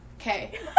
Okay